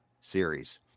series